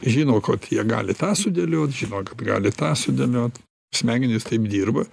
žino kokį jie gali tą sudėliot žino kad gali tą sudėliot smegenys taip dirba